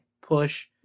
push